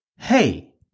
Hey